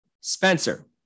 Spencer